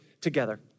together